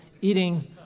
eating